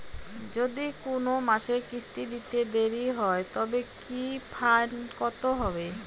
যদি কোন মাসে কিস্তি দিতে দেরি হয় তবে কি ফাইন কতহবে?